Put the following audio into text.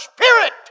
spirit